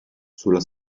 sulla